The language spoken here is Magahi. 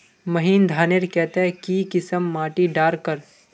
महीन धानेर केते की किसम माटी डार कर?